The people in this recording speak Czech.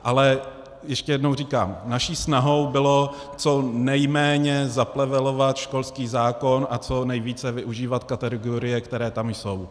Ale ještě jednou říkám, naší snahou bylo co nejméně zaplevelovat školský zákon a co nejvíce využívat kategorie, které tam jsou.